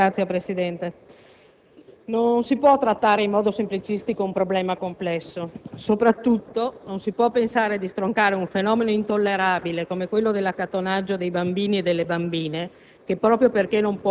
Signor Presidente, non si può trattare in modo semplicistico un problema complesso, soprattutto non si può pensare di stroncare un fenomeno intollerabile come quello dell'accattonaggio dei bambini e delle bambine,